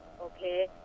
okay